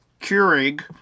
Keurig